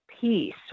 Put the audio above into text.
peace